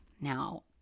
now